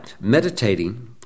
meditating